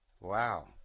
Wow